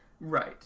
Right